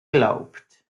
glaubt